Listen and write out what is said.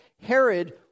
Herod